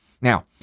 Now